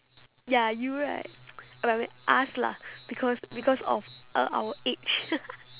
ya you right oh I meant us lah because because of uh our age